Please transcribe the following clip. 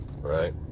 right